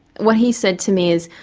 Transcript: what he said to me is,